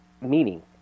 meaning